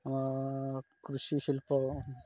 କୃଷି ଶିଳ୍ପ